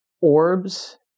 orbs